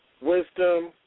wisdom